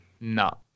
no